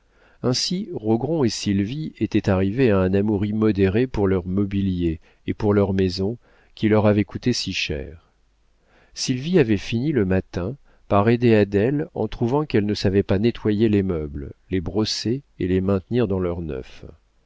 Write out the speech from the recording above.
ainsi rogron et sylvie étaient arrivés à un amour immodéré pour leur mobilier et pour leur maison qui leur avaient coûté si cher sylvie avait fini le matin par aider adèle en trouvant qu'elle ne savait pas nettoyer les meubles les brosser et les maintenir dans leur